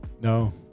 No